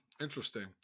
Interesting